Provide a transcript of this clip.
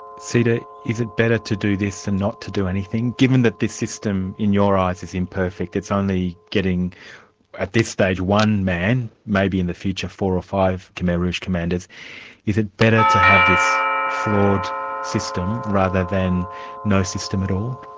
seda, is it better to do this than not to do anything, given that the system in your eyes is imperfect, it's only getting at this stage one man, maybe in the future four or five khmer rouge commanders is it better to have this flawed system rather than no system at all?